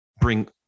bring